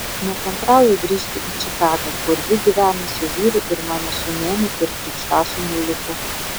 nekantrauju grįžti į čikagą kur ji gyvena su vyru ir mano sūnėnu ir krikštasūniu luku